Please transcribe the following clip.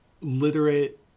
literate